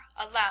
allowed